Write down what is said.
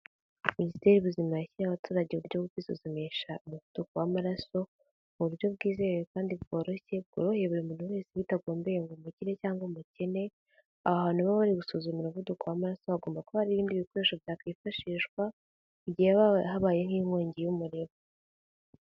Minisiteri y'ubuzima yashyiriyeho abaturage uburyo bwo kwisuzumisha umuvuduko w'amaraso mu buryo bwizewe kandi bworoshye bworoheye buri muntu wese bitagombeye ngo umukire cyangwa umukene. Aha hantu baba bari gusuzumira umuvuduko w'amaraso hagomba kuba hari ibindi bikoresho byakwifashishwa mu gihe habaye nk'inkongi y'umuriro.